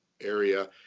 area